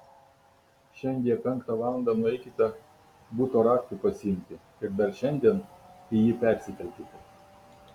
šiandie penktą valandą nueikite buto raktų pasiimti ir dar šiandien į jį persikelkite